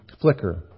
flicker